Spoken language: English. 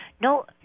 No